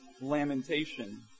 lamentation